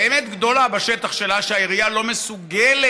באמת גדולה בשטח שלה, שהעירייה לא מסוגלת